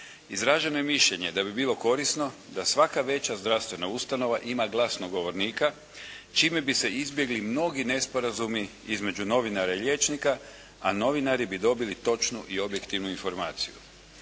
izraženo je mišljenje da bi bilo korisno da svaka veća zdravstvena ustanova ima glasnogovornika čime bi se izbjegli mnogi nesporazumi između novinara i liječnika, a novinari bi dobili točnu i objektivnu informaciju.